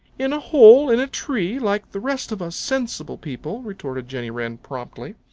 in a hole in a tree, like the rest of us sensible people, retorted jenny wren promptly.